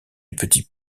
petits